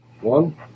One